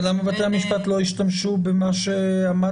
אבל למה בתי המשפט לא השתמשו במה שעמד